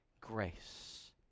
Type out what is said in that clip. grace